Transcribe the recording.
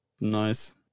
Nice